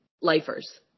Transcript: Lifers